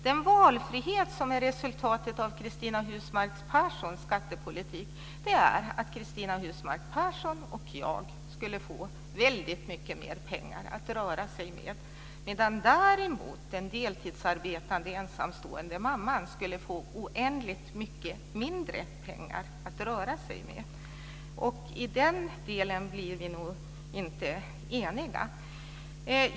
Den valfrihet som är resultatet av Cristina Husmark Pehrssons skattepolitik är att Cristina Husmark Pehrsson och jag skulle få väldigt mycket mer pengar att röra oss med. Den deltidsarbetande ensamstående mamman skulle däremot få oändligt mycket mindre pengar att röra sig med. I den delen blir vi nog inte eniga.